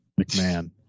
McMahon